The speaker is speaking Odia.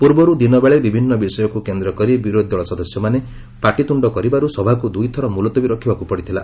ପର୍ବର୍ ଦିନବେଳେ ବିଭିନ୍ନ ବିଷୟକୁ କେନ୍ଦ୍ରକରି ବିରୋଧୀ ଦଳ ସଦସ୍ୟମାନେ ପାଟିତୃଣ୍ଡ କରିବାର୍ ସଭାକୁ ଦୂଇଥର ମ୍ବଲତବୀ ରଖିବାକୁ ପଡିଥିଲା